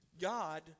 God